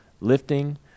Lifting